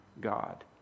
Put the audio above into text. God